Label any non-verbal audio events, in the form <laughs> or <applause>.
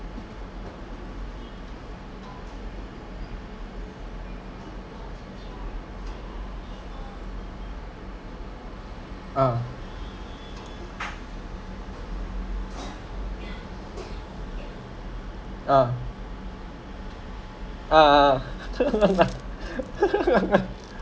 ah ah ah ah ah <laughs>